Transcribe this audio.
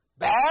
Bad